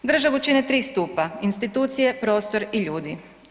Državu čine 3 stupa, institucije, prostor i ljudi.